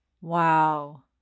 Wow